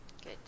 Good